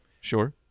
Sure